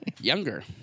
Younger